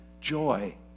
joy